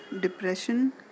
depression